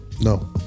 No